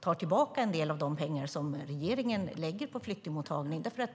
tar tillbaka en del av de pengar som regeringen lägger på flyktingmottagningen.